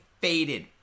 faded